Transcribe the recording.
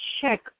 check